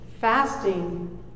fasting